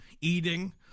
eating